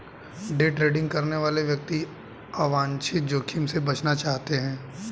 day trading करने वाले व्यक्ति अवांछित जोखिम से बचना चाहते हैं